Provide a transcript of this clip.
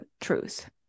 truth